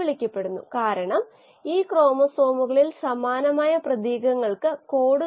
ഉറവിടങ്ങൾ അവയുടെ പെഡഗോഗിക് മൂല്യം നോക്കി തിരഞ്ഞെടുത്തു